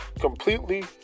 completely